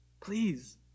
please